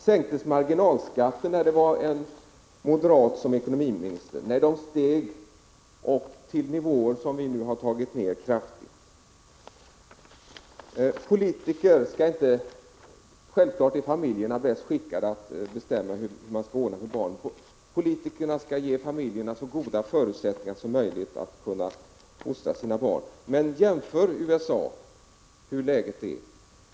Sänktes marginalskatterna när en moderat var ekonomiminister? Nej, de steg upp till nivåer som vi nu kraftigt har sänkt. Självfallet är barnfamiljerna bäst skickade att bestämma hur man skall ordna för barnen. Politikerna skall ge familjerna så goda förutsättningar som möjligt att kunna fostra sina barn. Men jämför med USA, hur läget är där.